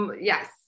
Yes